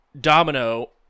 domino